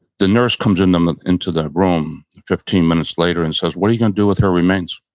the nurse comes and um and into the room fifteen minutes later and says, what are you going to do with her remains?